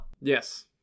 Yes